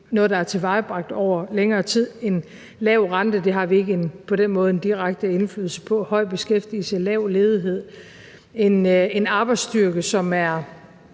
noget, der er tilvejebragt over længere tid, en lav rente – det har vi ikke på den måde en direkte indflydelse på – høj beskæftigelse, lav ledighed, en arbejdsstyrke, som er